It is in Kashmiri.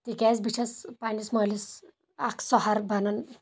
تِکیٛازِ بہٕ چھس پننس مٲلِس اکھ سُہارٕ بنُن